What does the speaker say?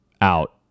out